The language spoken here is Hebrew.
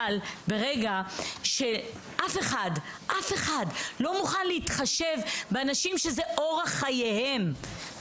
אבל ברגע שאף אחד לא מוכן להתחשב באנשים שזה אורח חייהם,